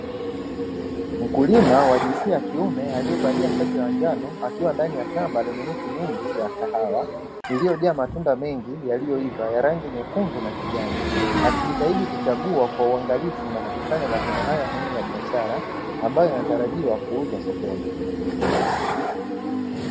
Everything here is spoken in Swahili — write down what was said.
Mkulima wa jinsia ya kiume aliyevalia shati la njano, akiwa ndani ya shamba lenye miche mingi ya zao la kahawa, iliyojaa matunda mengi yalilyoiva kwa rangi nyekundu na kijani. Akijitahidi kuchagua kwa uangalifu na kukusanya mavuno haya muhimu ya biashara ambayo yanatarajiwa kuuzwa sokoni.